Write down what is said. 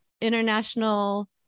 International